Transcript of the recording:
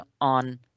on